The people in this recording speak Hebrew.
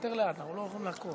יותר לאט, אנחנו לא יכולים לעקוב.